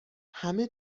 همه